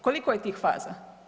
Koliko je tih faza?